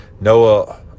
Noah